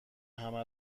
همه